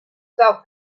about